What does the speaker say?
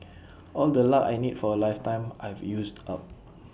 all the luck I need for A lifetime I've used up